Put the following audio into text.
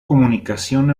comunicación